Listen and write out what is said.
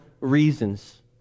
reasons